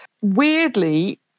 weirdly